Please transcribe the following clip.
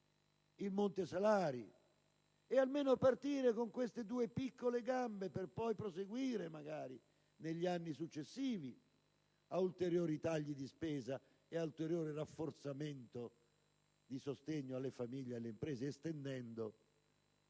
il monte salari. Si potrebbe partire almeno con queste due piccole gambe, per poi procedere magari, negli anni successivi, con ulteriori tagli di spesa e con l'ulteriore rafforzamento del sostegno alle famiglie e alle imprese, estendendo